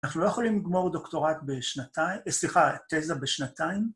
אנחנו לא יכולים לגמור דוקטורט בשנתיים, סליחה, תזה בשנתיים.